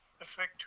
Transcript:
affect